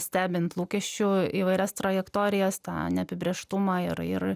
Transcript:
stebint lūkesčių įvairias trajektorijas tą neapibrėžtumą ir ir